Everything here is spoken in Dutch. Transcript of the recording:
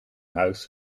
huis